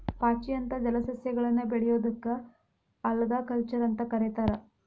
ಪಾಚಿ ಅಂತ ಜಲಸಸ್ಯಗಳನ್ನ ಬೆಳಿಯೋದಕ್ಕ ಆಲ್ಗಾಕಲ್ಚರ್ ಅಂತ ಕರೇತಾರ